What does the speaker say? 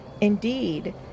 Indeed